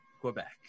quebec